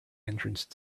entrance